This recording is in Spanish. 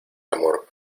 amor